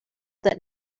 that